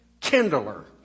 kindler